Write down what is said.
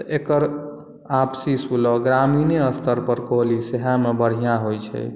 तऽ एकर आपसी सुलह ग्रामीणे स्तर पर कऽ ली सएह मे बढ़िऑं होइ छै